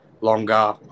longer